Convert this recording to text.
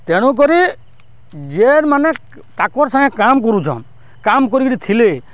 ତେଣୁକରି ଯେ ମାନେ ତାକର୍ ସାଙ୍ଗେ କାମ୍ କରୁଛନ୍ କାମ୍ କରିକିରି ଥିଲେ